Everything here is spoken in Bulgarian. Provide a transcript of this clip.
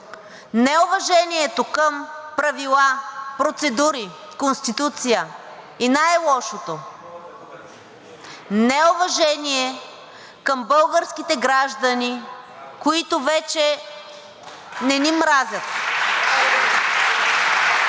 неуважението към правила, процедури, Конституция и най-лошото – неуважение към българските граждани, които вече не ни мразят,